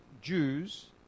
Jews